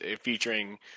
featuring